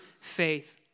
faith